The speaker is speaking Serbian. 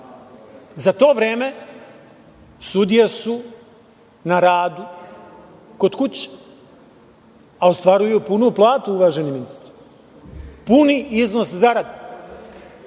za to vreme sudije su na radu kod kuće, a ostvaruju punu platu, uvaženi ministre, puni iznos zarade.